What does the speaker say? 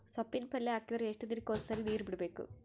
ಸೊಪ್ಪಿನ ಪಲ್ಯ ಹಾಕಿದರ ಎಷ್ಟು ದಿನಕ್ಕ ಒಂದ್ಸರಿ ನೀರು ಬಿಡಬೇಕು?